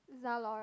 Zalora